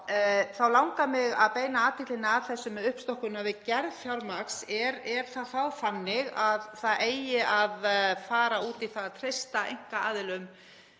þá langar mig að beina athyglinni að þessu með uppstokkunina; við gerð námsgagna, er það þá þannig að það eigi að fara út í það að treysta einkaaðilum